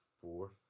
fourth